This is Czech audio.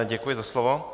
Děkuji za slovo.